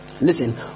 Listen